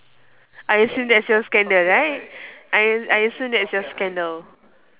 I assume that's your scandal right I I assume that's your scandal